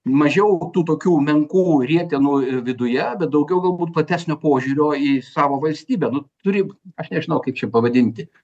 mažiau tų tokių menkų rietenų viduje bet daugiau galbūt platesnio požiūrio į savo valstybę nu turi aš nežinau kaip čia pavadinti